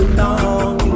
long